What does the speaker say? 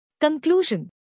Conclusion